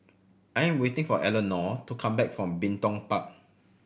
I am waiting for Elenore to come back from Bin Tong Park